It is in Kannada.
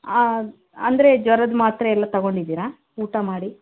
ಅದು ಅಂದರೆ ಜ್ವರದ ಮಾತ್ರೆ ಎಲ್ಲ ತೊಗೊಂಡಿದ್ದೀರಾ ಊಟ ಮಾಡಿ